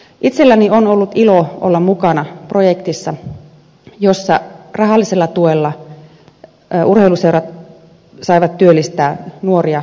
itselläni on ollut ilo olla mukana projektissa jossa rahallisella tuella urheiluseurat saivat työllistää nuoria kesätöihin